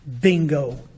Bingo